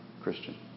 Christian